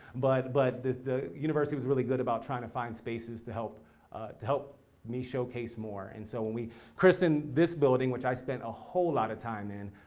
but but the university was really good about trying to find spaces to help to help me showcase more. and so when we christen this building, which i spent a whole lot of time in,